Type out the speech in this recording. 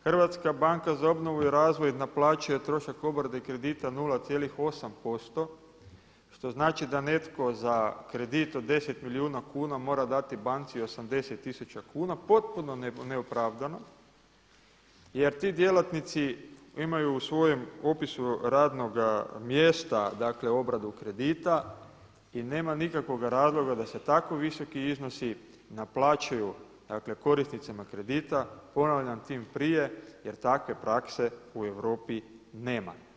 Hrvatska banka za obnovu i razvoj naplaćuje trošak obrade kredita 0,8% što znači da netko za kredit od 10 milijuna kuna mora dati banci 80000 kuna potpuno neopravdano jer ti djelatnici imaju u svojem opisu radnoga mjesta, dakle obradu kredita i nema nikakvoga razloga da se tako visoki iznosi naplaćuju, dakle korisnicima kredita ponavljam tim prije jer takve prakse u Europi nema.